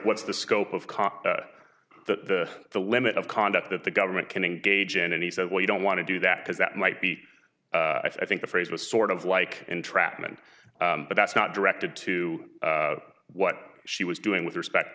what's the scope of cost to the limit of conduct that the government can engage in and he said well you don't want to do that because that might be i think the phrase was sort of like entrapment but that's not directed to what she was doing with respect